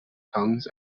tongues